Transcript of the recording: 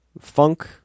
funk